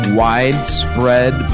widespread